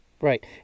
Right